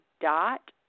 dot